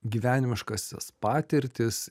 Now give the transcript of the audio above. gyvenimiškąsias patirtis